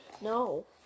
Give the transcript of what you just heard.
no